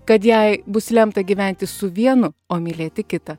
kad jai bus lemta gyventi su vienu o mylėti kitą